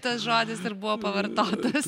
tas žodis ir buvo pavartotas